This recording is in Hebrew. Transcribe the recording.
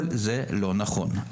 כל זה לא נכון.